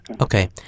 Okay